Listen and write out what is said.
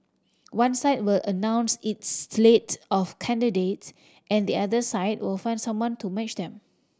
one side will announce its slate of candidates and the other side will find someone to match them